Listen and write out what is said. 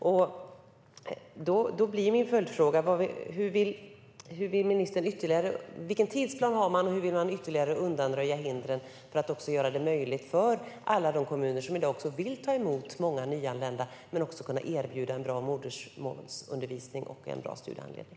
Då blir min följdfråga: Hur ser tidsplanen ut, och hur vill ni ytterligare undanröja hindren för alla kommuner som i dag vill ta emot många nyanlända att erbjuda en bra modersmålsundervisning och en bra studiehandledning?